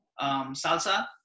salsa